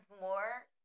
more